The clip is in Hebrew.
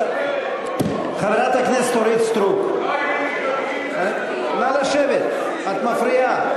חברת הכנסת אורית סטרוק, נא לשבת, את מפריעה.